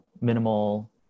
minimal